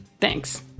Thanks